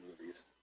movies